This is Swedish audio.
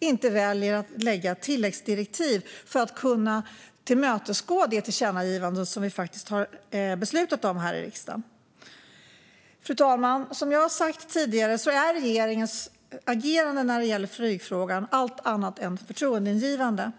inte väljer att ge tilläggsdirektiv för att kunna tillmötesgå det tillkännagivande som vi har beslutat om här i riksdagen. Fru talman! Som jag har sagt tidigare är regeringens agerande i flygfrågan allt annat än förtroendeingivande.